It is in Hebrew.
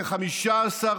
בחוק הסדר